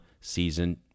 season